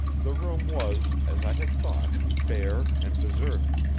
the room was, as i had thought, bare and deserted.